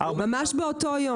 ממש באותו יום.